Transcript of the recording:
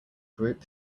group